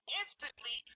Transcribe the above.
instantly